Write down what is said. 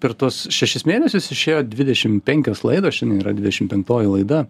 dvidešimt per tuos šešis mėnesius išėjo dvidešim penkios laidos šiandien yra dvidešim penktoji laida